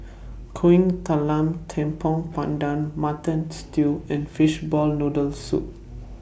Kuih Talam Tepong Pandan Mutton Stew and Fishball Noodle Soup